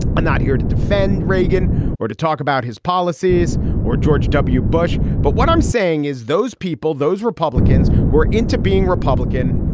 i'm not here to defend reagan or to talk about his policies or george w. bush. but what i'm saying is those people, those republicans who are into being republican,